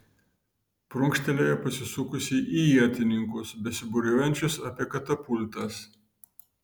prunkštelėjo pasisukusi į ietininkus besibūriuojančius apie katapultas